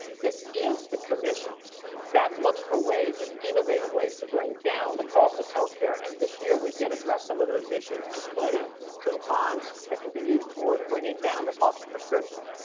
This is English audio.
this is the commission that looks for ways, and innovative ways, to bring down the cost of healthcare. and this year we did address some of those issues, including coupons that can be used towards bringing down the cost of prescriptions.